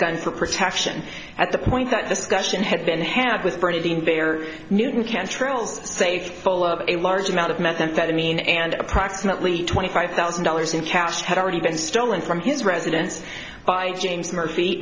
gun for protection at the point that discussion had been had with bernadine bayer newton cantrell's safe full of a large amount of methamphetamine and approximately twenty five thousand dollars in cash had already been stolen from his residence by james murphy